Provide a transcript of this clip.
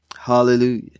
hallelujah